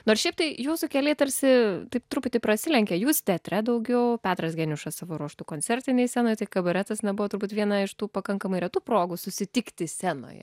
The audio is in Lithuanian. nors šiaip tai jūsų keliai tarsi taip truputį prasilenkia jūs teatre daugiau petras geniušas savo ruožtu koncertinėj scenoj tai kabaretas na buvo turbūt viena iš tų pakankamai retų progų susitikti scenoje